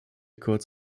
kurz